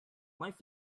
really